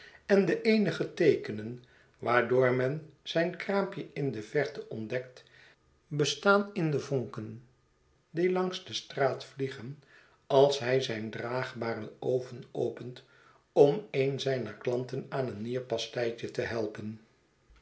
en de eenige teekenen waardoor men zijn kraampje in de verte ontdekt bestaan in devonken die langs de straat vli egen als hij zijn draagbaren oven opent om een zijner klanten aan een nierpasteitje te helpen